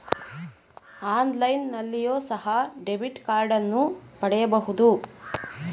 ಆನ್ಲೈನ್ನಲ್ಲಿಯೋ ಸಹ ಡೆಬಿಟ್ ಕಾರ್ಡನ್ನು ಪಡೆಯಬಹುದು